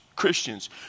Christians